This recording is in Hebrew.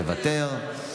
מוותר,